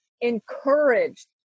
encouraged